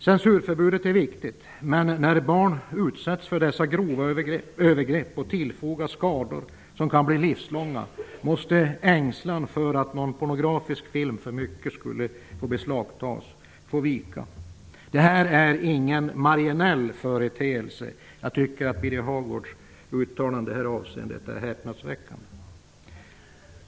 Censurförbudet är viktigt, men när barn utsätts för dessa grova övergrepp och tillfogas skador som kan bli livslånga måste ängslan för att någon pornografisk film för mycket skulle beslagtas få vika. Det här är ingen marginell företeelse. Jag tycker att Birger Hagårds uttalande i det avseendet är häpnadsväckande.